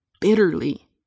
Bitterly